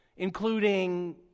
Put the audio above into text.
Including